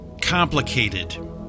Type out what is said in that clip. complicated